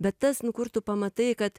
bet tas nu kur tu pamatai kad